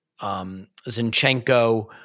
Zinchenko